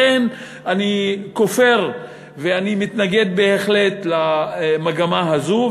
לכן אני כופר ואני מתנגד בהחלט למגמה הזו,